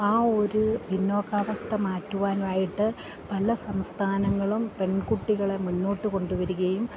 ആ ഒരു പിന്നോക്കാവസ്ഥ മാറ്റുവാനായിട്ട് പല സംസ്ഥാനങ്ങളും പെൺകുട്ടികളെ മുന്നോട്ടു കൊണ്ടുവരികയും